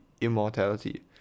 immortality